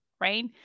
right